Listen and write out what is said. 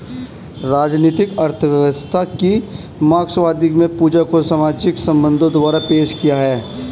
राजनीतिक अर्थव्यवस्था की मार्क्सवादी में पूंजी को सामाजिक संबंधों द्वारा पेश किया है